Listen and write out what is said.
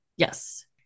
Yes